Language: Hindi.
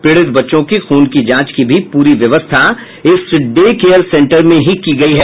पीड़ित बच्चों की खून की जांच की भी पूरी व्यवस्था इस डे केयर सेंटर में हीं की गयी हैं